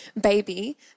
baby